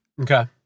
Okay